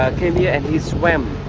came here and he swam